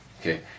Okay